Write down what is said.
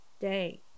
day